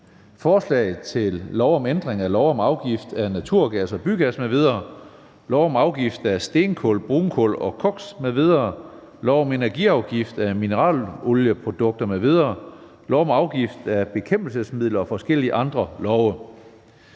Forslag til lov om ændring af lov om afgift af naturgas og bygas m.v., lov om afgift af stenkul, brunkul og koks m.v., lov om energiafgift af mineralolieprodukter m.v., lov om afgift af bekæmpelsesmidler og forskellige andre love.